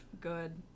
good